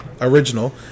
original